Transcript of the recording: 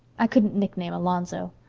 i couldn't nickname alonzo.